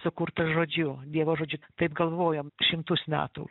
sukurtas žodžiu dievo žodžiu taip galvojom šimtus metų